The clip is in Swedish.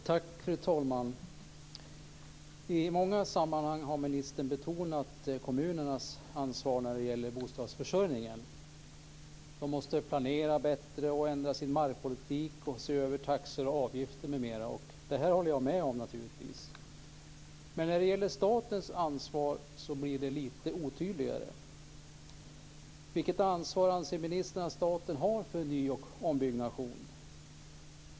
Fru talman! I många sammanhang har ministern betonat kommunernas ansvar när det gäller bostadsförsörjningen. De måste planera bättre, ändra sin markpolitik, se över taxor och avgifter, m.m. Det håller jag naturligtvis med om. Men när det gäller statens ansvar blir det lite otydligare. Vilket ansvar anser ministern att staten har för ny och ombyggnation?